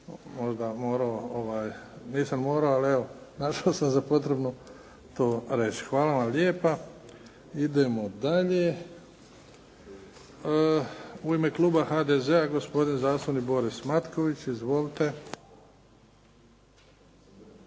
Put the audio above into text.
možda morao, nisam morao. Ali evo, našao sam za potrebnim to reći. Hvala vam lijepa. Idemo dalje. U ime kluba HDZ-a, gospodin zastupnik Boris Matković. Izvolite.